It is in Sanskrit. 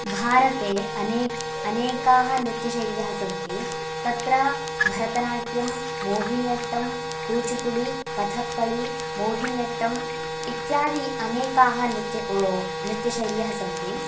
भारते अनेक् अनेकाः नृत्यशैल्यः सन्ति तत्र भरतनाट्यं मोहिनि अट्टं कूचुपुडि कथक्कळि मोहिनि अट्टम् इत्यादि अनेकाः नृत्य नृत्यशैल्यः सन्ति